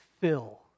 fill